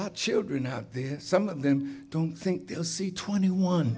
children out there some of them don't think they'll see twenty one